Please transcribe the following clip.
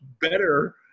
better